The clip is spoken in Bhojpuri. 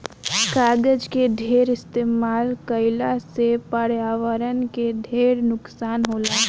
कागज के ढेर इस्तमाल कईला से पर्यावरण के ढेर नुकसान होला